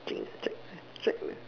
China China China